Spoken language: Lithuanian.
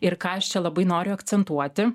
ir ką aš čia labai noriu akcentuoti